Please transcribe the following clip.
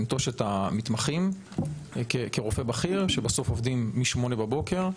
לנטוש את המתמחים שעובדים מ-08:00 בבוקר.